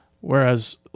Whereas